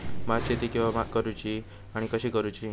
भात शेती केवा करूची आणि कशी करुची?